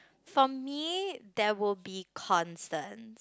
for me there will be concerns